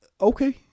Okay